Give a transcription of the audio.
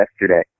yesterday